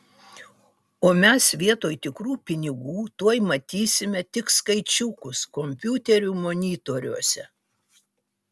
o mes vietoj tikrų pinigų tuoj matysime tik skaičiukus kompiuterių monitoriuose